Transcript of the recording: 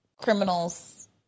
criminals